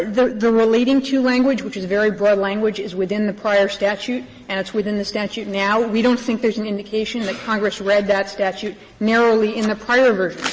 the the relating to language, which is very broad language, is within the prior statute, and it's within the statute now. we don't think there's an indication that congress read that statute narrowly in the prior versions.